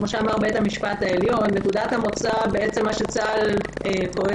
כפי שאמר בית המשפט העליון: נקודת המוצא שצה"ל פועל